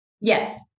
Yes